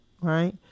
Right